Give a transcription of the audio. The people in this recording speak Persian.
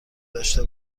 داشته